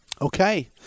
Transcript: Okay